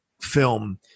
film